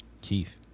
Keith